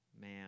man